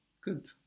Good